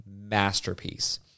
masterpiece